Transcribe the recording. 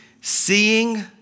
Seeing